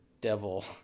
devil